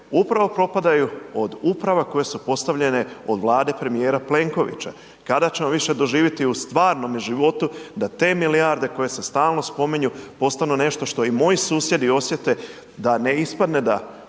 upravo propadaju od uprav koje su postavljene od Vlade premijera Plenkovića? Kada ćemo više doživjeti u stvarnome životu da te milijarde koje se stalno spominju postanu nešto što i moji susjedi osjete da ne ispadne da